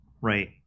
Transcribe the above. Right